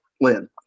Lynn